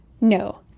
No